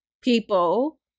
people